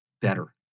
better